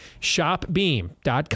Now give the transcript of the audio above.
shopbeam.com